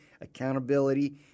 accountability